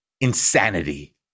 insanity